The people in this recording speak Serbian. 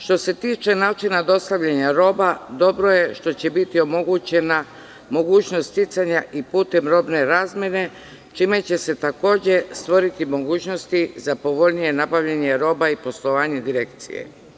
Što se tiče načina dostavljanja roba dobro je što će biti omogućena mogućnost sticanja putem robne razmene čime će se takođe stvoriti mogućnosti za povoljnije nabavljanje roba i poslovanje direkcije.